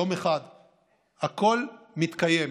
הכול מתקיים,